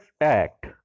Act